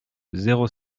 zéro